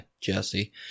Jesse